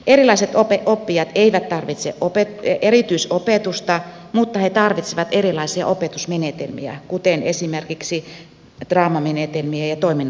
erilaiset oppijat eivät tarvitse erityisopetusta mutta he tarvitsevat erilaisia opetusmenetelmiä kuten esimerkiksi draamamenetelmiä ja toiminnallisia menetelmiä